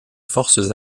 forces